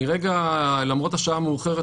למרות השעה המאוחרת,